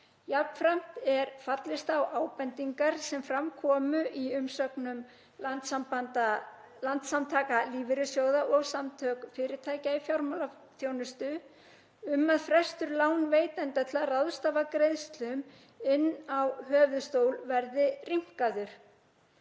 Jafnframt er fallist á ábendingar sem fram komu í umsögnum Landssamtaka lífeyrissjóða og Samtaka fyrirtækja í fjármálaþjónustu um að frestur lánveitanda til að ráðstafa greiðslum inn á höfuðstól verði rýmkaður.